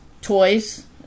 toys